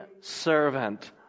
servant